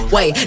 Wait